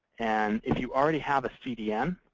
and if you already have a cdn,